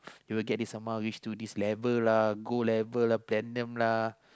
they will get this someone reach to this level lah gold level lah platinum lah